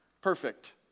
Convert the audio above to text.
Perfect